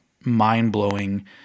mind-blowing